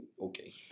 Okay